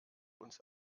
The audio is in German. uns